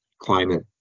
climate